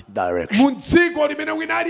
direction